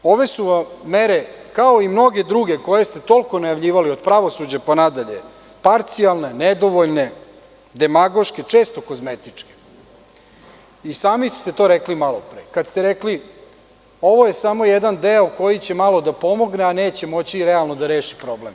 Ove su vam mere kao i mnoge druge koje ste toliko najavljivali od pravosuđa pa nadalje parcijalne, nedovoljne, demagoške često kozmetičke i sami steto rekli malo pre kada ste rekli – ovo je samo jedan deo koji će malo da pomogne, a neće moći realno da reši problem.